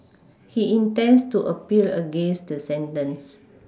he intends to appeal against the sentence